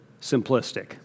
simplistic